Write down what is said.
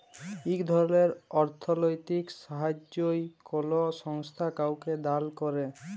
ইক ধরলের অথ্থলৈতিক সাহাইয্য কল সংস্থা কাউকে দাল ক্যরে